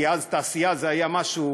כי אז תעשייה היה משהו,